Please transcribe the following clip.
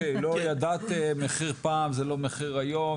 לא ידעתם מחיר פעם זה לא מחיר היום,